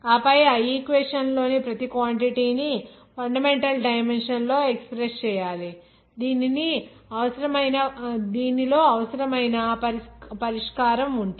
ఆపై ఆ ఈక్వేషన్ లోని ప్రతి క్వాంటిటీ ని ఫండమెంటల్ డైమెన్షన్ లో ఎక్ష్ప్రెస్స్ చేయాలి దీనిలో అవసరమైన పరిష్కారం ఉంటుంది